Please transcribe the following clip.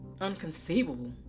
unconceivable